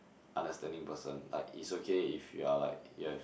understanding person like it's okay if you're like you've